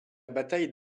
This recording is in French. bataille